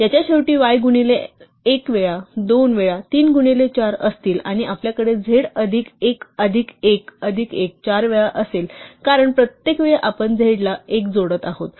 याच्या शेवटी y गुणिले 1 वेळा 2 वेळा 3 गुणिले 4 असतील आणि आपल्याकडे z अधिक 1 अधिक 1 अधिक 1 अधिक 1 चार वेळा असेल कारण प्रत्येक वेळी आपण z ला 1 जोडत आहोत